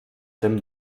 dem